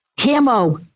Camo